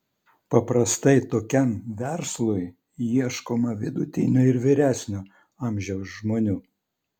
paprastai tokiam verslui ieškoma vidutinio ir vyresnio amžiaus žmonių